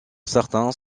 certains